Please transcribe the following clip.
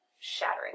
shattering